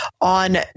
On